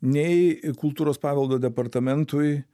nei kultūros paveldo departamentui